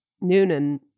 Noonan